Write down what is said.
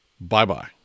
Bye-bye